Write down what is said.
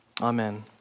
Amen